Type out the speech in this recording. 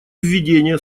введения